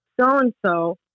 so-and-so